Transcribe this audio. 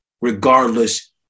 regardless